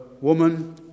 woman